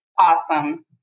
Awesome